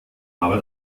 aber